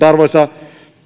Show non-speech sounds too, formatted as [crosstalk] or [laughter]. [unintelligible] arvoisa